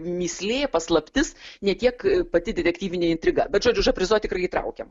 mįslė paslaptis ne tiek pati detektyvinė intriga bet žodžiu žaprizo tikrai įtraukiam